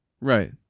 Right